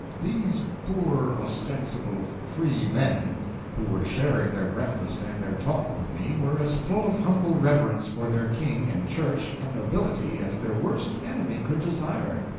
these poor ostensible freemen who were sharing their breakfast and their talk with me, were as full of humble reverence for their king and church and nobility as their worst enemy could desire.